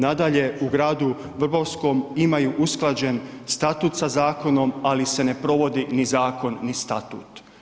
Nadalje, u gradu Vrbovskom imaju usklađen statut sa zakonom, ali se ne provodi ni zakon ni statut.